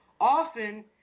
Often